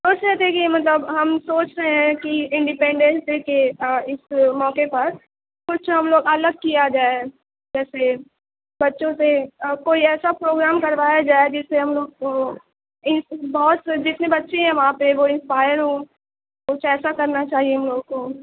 سوچ رہے تھے کہ مطلب ہم سوچ رہے ہیں کہ انڈیپنڈنس ڈے کے اس موقع پر کچھ ہم لوگ الگ کیا جائے جیسے بچوں سے کوئی ایسا پروگرام کروایا جائے جس سے ہم لوگ کو ان بہت سے جتنے بچے ہیں وہاں پہ وہ انسپائر ہوں کچھ ایسا کرنا چاہیے ہم لوگوں کو